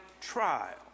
trial